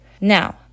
Now